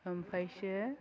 ओमफायसो